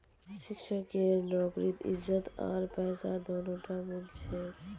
शिक्षकेर नौकरीत इज्जत आर पैसा दोनोटा मिल छेक